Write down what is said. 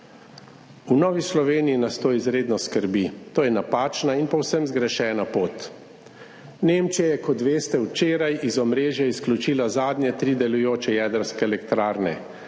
V Novi Sloveniji nas to izredno skrbi. To je napačna in povsem zgrešena pot. Nemčija je, kot veste, včeraj iz omrežja izključila zadnje tri delujoče jedrske elektrarne.